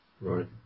Right